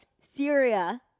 Syria